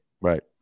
Right